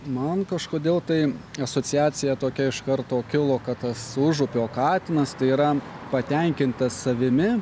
man kažkodėl tai asociacija tokia iš karto kilo kad tas užupio katinas tai yra patenkintas savimi